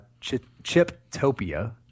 Chiptopia